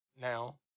Now